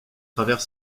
travers